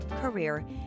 career